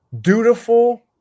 dutiful